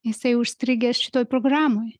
jisai užstrigęs šitoj programoj